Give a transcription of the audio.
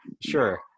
Sure